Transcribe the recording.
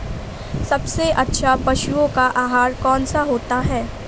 सबसे अच्छा पशुओं का आहार कौन सा होता है?